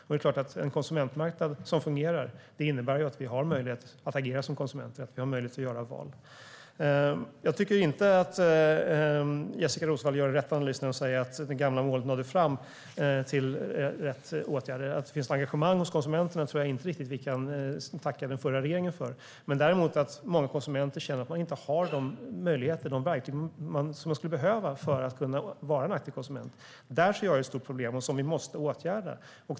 En konsumentmarknad som fungerar innebär att vi som konsumenter har möjlighet att agera och göra våra val. Jag tycker inte att Jessika Roswall gör rätt analys när hon säger att det gamla målet nådde fram till rätt åtgärder. Att det finns engagemang hos konsumenterna tror jag inte att vi kan tacka den förra regeringen för. Många konsumenter känner att de inte har den möjlighet som verkligen skulle behövas för att man ska kunna vara en aktiv konsument. Där ser jag ett stort problem som måste åtgärdas.